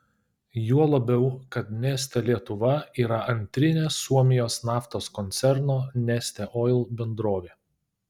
juo labiau kad neste lietuva yra antrinė suomijos naftos koncerno neste oil bendrovė